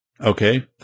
okay